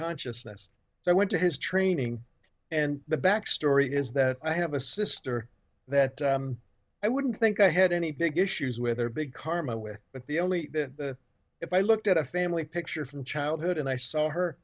consciousness so i went to his training and the back story is that i have a sister that i wouldn't think i had any big issues with or big karma with but the only if i looked at a family picture from childhood and i saw h